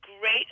great